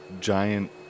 giant